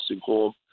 home